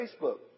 Facebook